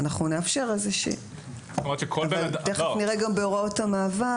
אנחנו נאפשר תיכף נראה גם בהוראות המעבר